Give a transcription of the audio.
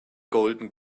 golden